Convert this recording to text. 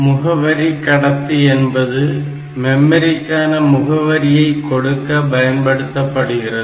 முகவரி கடத்தி என்பது மெமரிக்கான முகவரியை கொடுக்க பயன்படுத்தப்படுகிறது